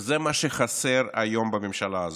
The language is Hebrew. וזה מה שחסר היום בממשלה הזאת,